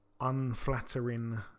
unflattering